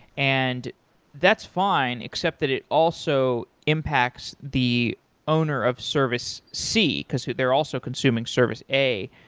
and that's fine, except that it also impacts the owner of service c, because they're also consuming service a.